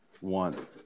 One